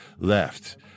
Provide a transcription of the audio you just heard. left